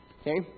Okay